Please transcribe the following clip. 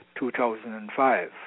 2005